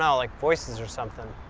um like voices or something.